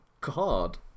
god